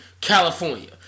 California